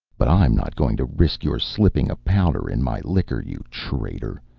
but i'm not going to risk your slipping a powder in my liquor, you traitor.